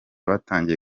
batangiye